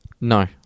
No